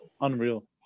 Unreal